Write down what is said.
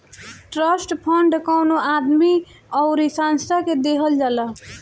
trust fund कवनो आदमी अउरी संस्था के देहल जाला